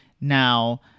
Now